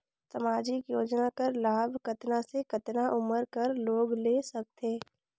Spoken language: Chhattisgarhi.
समाजिक योजना कर लाभ कतना से कतना उमर कर लोग ले सकथे?